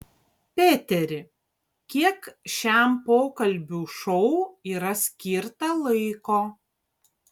peteri kiek šiam pokalbių šou yra skirta laiko